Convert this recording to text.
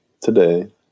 today